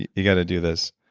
you gotta do this.